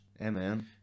Amen